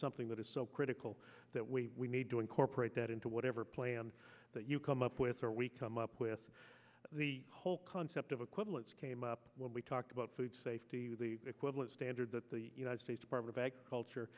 something that is so critical that we need to incorporate that into whatever plan that you come up with where we come up with the whole concept of equivalence came up when we talked about food safety the equivalent standard that the united states department of agriculture